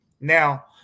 Now